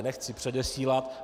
Nechci předesílat.